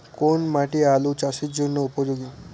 কোন মাটি আলু চাষের জন্যে উপযোগী?